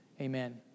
Amen